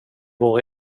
vår